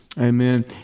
Amen